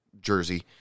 jersey